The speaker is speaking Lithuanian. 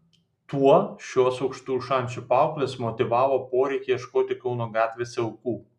tuo šios aukštųjų šančių paauglės motyvavo poreikį ieškoti kauno gatvėse aukų